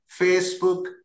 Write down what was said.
Facebook